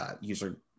user